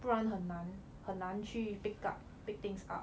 不然很难很难去 pick up pick things up